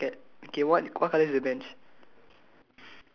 okay what are bench or the cat okay what what colour is the bench